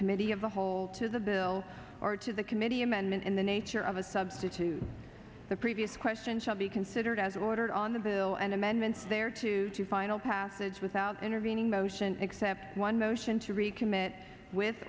committee of the whole to the bill or to the committee amendment in the nature of a substitute the previous question shall be considered as ordered on the bill and amendments there to two final passage without intervening motion except one motion to recommit with